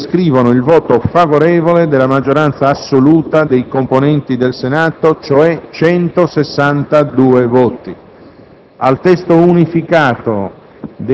prescrivono il voto favorevole della maggioranza assoluta dei componenti del Senato, cioè 162 voti. Al testo unificato